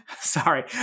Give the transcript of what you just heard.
Sorry